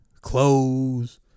clothes